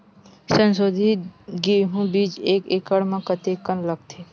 संसोधित गेहूं बीज एक एकड़ म कतेकन लगथे?